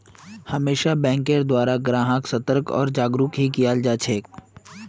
हमेशा बैंकेर द्वारा ग्राहक्क सतर्क आर जागरूक भी कियाल जा छे